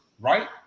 right